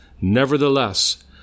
Nevertheless